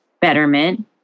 betterment